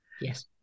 Yes